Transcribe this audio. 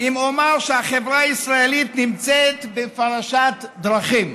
אם אומר שהחברה הישראלית נמצא על פרשת דרכים.